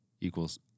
equals